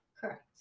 Correct